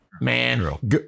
Man